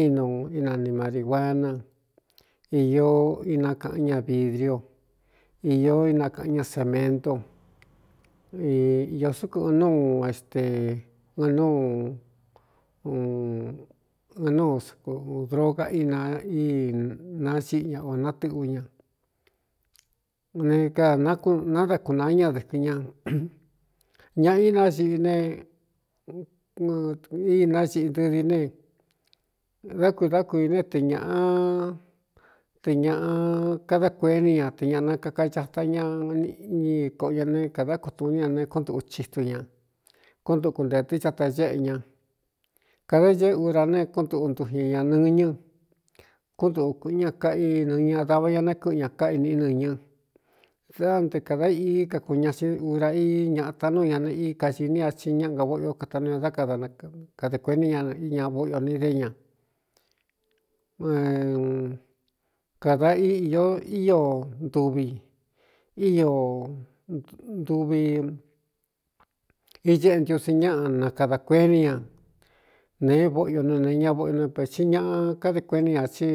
ínu ínani mari guana ī inakaꞌan ña vidriu ī inakaꞌan ña sementu ō súkuꞌɨn núu este ɨn núuu ɨn núu s droga ía í naxiꞌi ña ō natɨꞌu ña ne kanadá kunaa ñadɨ̄kɨn ña ñaꞌa ináꞌi e í naxiꞌi ntɨdi ne dá ku dá kuī ne te ñāꞌa te ñāꞌa kada kuení ña te ñāꞌa nakakacata ña ꞌni koꞌo ña ne kadákutu ní ña nee kúntuꞌu chitu ña kúntuku nte tɨ cata ñéꞌe ña kāda ñéꞌe ura neé kúntuꞌu ntujñɨ ñā nɨɨ ñɨ́ kúntuꞌu kuīꞌɨn ña kaꞌínɨɨ ña dava ña nakɨꞌɨ ña káꞌ iniꞌí nɨñɨ dáꞌ nte kāda ií kakū ña xin ura i ñata núu ña neꞌ i kaxiní a ti ñáꞌa nga vóꞌio kata nio dá kada kada kuení ñaíña vóꞌiō ni dé ña kāda o ío ntuvi í ntuvi iñéꞌe ntiosin ñaꞌa nakadā kuení ña nēé voꞌyo nɨ neé ña voꞌo nɨpeti ñaꞌa kádi kuení ñā tí.